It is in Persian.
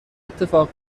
اتفاق